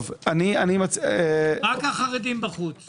רק החרדים בחוץ.